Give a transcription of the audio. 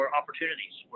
opportunities